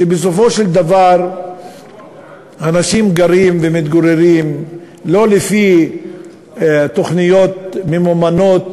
שבסופו של דבר אנשים גרים ומתגוררים לא לפי תוכניות ממומנות,